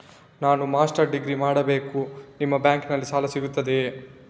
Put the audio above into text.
ನಾನು master degree ಮಾಡಬೇಕು, ನಿಮ್ಮ ಬ್ಯಾಂಕಲ್ಲಿ ಸಾಲ ಸಿಗುತ್ತದೆಯೇ?